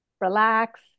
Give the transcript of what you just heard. relax